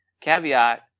caveat